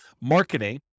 marketing